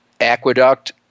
Aqueduct